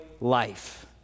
life